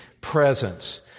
presence